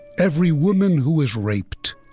every woman who is raped,